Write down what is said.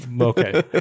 Okay